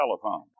telephone